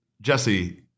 Jesse